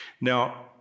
Now